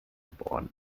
geboren